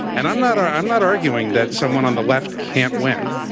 and i'm not i'm not arguing that someone on the left can't win.